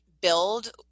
build